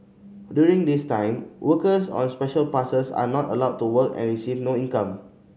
during this time workers on Special Passes are not allowed to work and receive no income